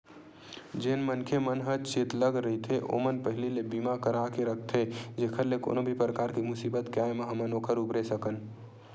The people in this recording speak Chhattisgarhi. जेन मनखे मन ह चेतलग रहिथे ओमन पहिली ले बीमा करा के रखथे जेखर ले कोनो भी परकार के मुसीबत के आय म हमन ओखर उबरे सकन